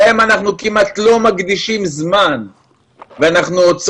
השימוש